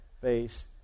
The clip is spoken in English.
face